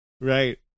right